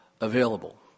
available